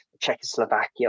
czechoslovakia